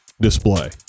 display